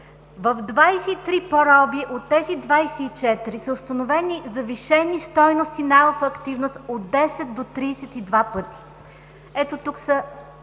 В 23 проби от общо 24 са установени завишени стойности на алфа-активност – от 10 до 32 пъти. Ето, тук са